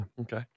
Okay